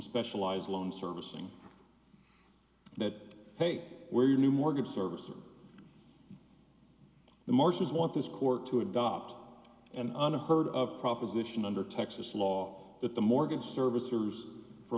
specialized loan servicing that hey we're your new mortgage servicer the marshes want this court to adopt an unheard of proposition under texas law that the mortgage servicers for